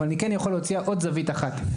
אבל אני כן יכול להציע עוד זווית אחת.